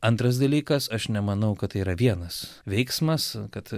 antras dalykas aš nemanau kad tai yra vienas veiksmas kad